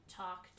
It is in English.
talk